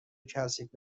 کثیف